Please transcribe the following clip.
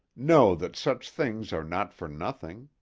know that such things are not for nothing.